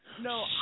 No